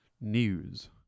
news